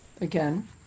again